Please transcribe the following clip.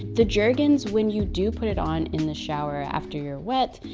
the jergens when you do put it on in the shower after you're wet,